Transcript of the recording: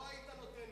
לא היית נותן לי.